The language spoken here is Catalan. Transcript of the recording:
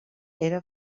era